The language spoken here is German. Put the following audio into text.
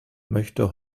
möchte